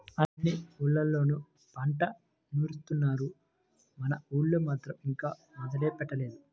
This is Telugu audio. అన్ని ఊర్లళ్ళోనూ పంట నూరుత్తున్నారు, మన ఊళ్ళో మాత్రం ఇంకా మొదలే పెట్టలేదు